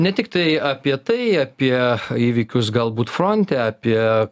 ne tiktai apie tai apie įvykius galbūt fronte apie